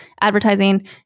advertising